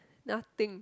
nothing